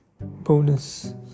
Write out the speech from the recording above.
bonus